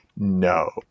No